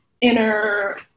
inner